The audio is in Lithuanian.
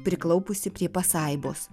priklaupusi prie pasaibos